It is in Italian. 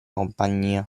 compagnia